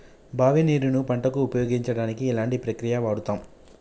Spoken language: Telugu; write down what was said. బావి నీరు ను పంట కు ఉపయోగించడానికి ఎలాంటి ప్రక్రియ వాడుతం?